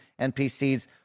NPCs